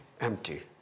empty